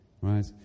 right